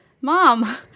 Mom